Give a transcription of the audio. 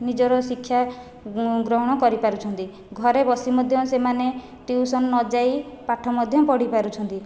ନିଜର ଶିକ୍ଷା ଗ୍ରହଣ କରିପାରୁଛନ୍ତି ଘରେ ବସି ମଧ୍ୟ ସେମାନେ ଟ୍ୟୁସନ ନଯାଇ ପାଠ ମଧ୍ୟ ପଢ଼ିପାରୁଛନ୍ତି